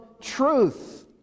truth